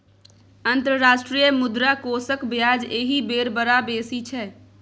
अंतर्राष्ट्रीय मुद्रा कोषक ब्याज एहि बेर बड़ बेसी छै